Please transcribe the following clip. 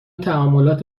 تعاملات